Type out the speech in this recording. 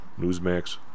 Newsmax